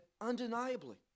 undeniably